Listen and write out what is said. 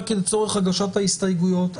רק לצורך הגשת ההסתייגויות,